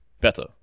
better